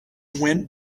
went